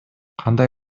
кандай